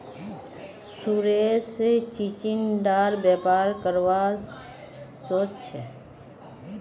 सुरेश चिचिण्डार व्यापार करवा सोच छ